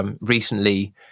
recently